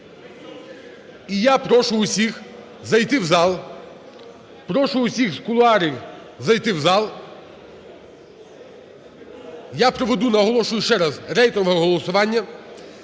І я прошу усіх зайти в зал, прошу усіх з кулуарів зайти в зал. Я проведу, наголошую ще раз, рейтингове голосування.